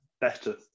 better